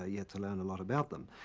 ah yet to learn a lot about them.